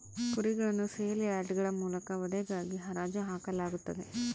ಕುರಿಗಳನ್ನು ಸೇಲ್ ಯಾರ್ಡ್ಗಳ ಮೂಲಕ ವಧೆಗಾಗಿ ಹರಾಜು ಹಾಕಲಾಗುತ್ತದೆ